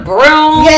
Broom